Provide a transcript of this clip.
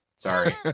Sorry